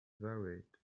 worried